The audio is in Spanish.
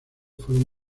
fueron